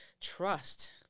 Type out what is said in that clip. trust